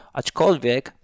aczkolwiek